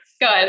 Good